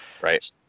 Right